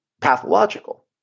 pathological